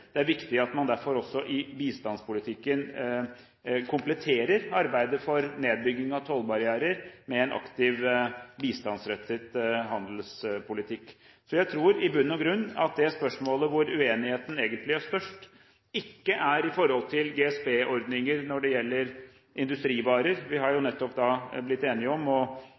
er derfor viktig at man også i bistandspolitikken kompletterer arbeidet for nedbygging av tollbarrierer med en aktiv bistandsrettet handelspolitikk. Jeg tror i bunn og grunn at det spørsmålet hvor uenigheten egentlig er størst ikke gjelder GSP-ordninger når det gjelder industrivarer – vi har jo nettopp blitt enige om